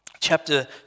chapter